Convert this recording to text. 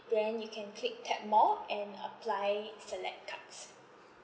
then you can click tap more and apply select cards